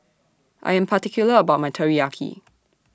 I Am particular about My Teriyaki